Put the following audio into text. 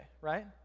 right